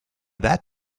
that